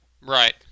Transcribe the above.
Right